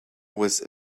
was